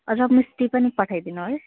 र मिष्ठी पनि पठाइ दिनुहोस्